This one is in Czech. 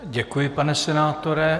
Děkuji, pane senátore.